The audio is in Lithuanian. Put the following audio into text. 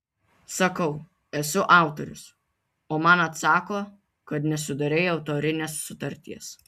sakau esu autorius o man atsako kad nesudarei autorinės sutarties